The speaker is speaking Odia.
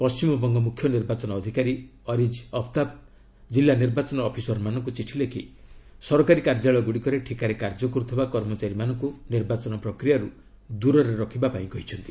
ପଣ୍ଢିମବଙ୍ଗ ମୁଖ୍ୟ ନିର୍ବାଚନ ଅଧିକାରୀ ଅରିଜ ଅଫ୍ତାବ କିଲ୍ଲା ନିର୍ବାଚନ ଅଫିସରମାନଙ୍କୁ ଚିଠି ଲେଖି ସରକାରୀ କାର୍ଯ୍ୟାଳୟଗୁଡ଼ିକରେ ଠିକାରେ କାର୍ଯ୍ୟ କରୁଥିବା କର୍ମଚାରୀମାନଙ୍କୁ ନିର୍ବାଚନ ପ୍ରକ୍ରିୟାରୁ ଦୂରରେ ରଖିବା ପାଇଁ କହିଛନ୍ତି